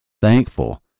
thankful